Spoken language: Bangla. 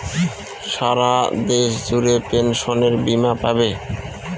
সারা দেশ জুড়ে পেনসনের বীমা পাবে